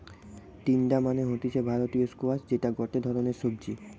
তিনডা মানে হতিছে ভারতীয় স্কোয়াশ যেটা গটে ধরণের সবজি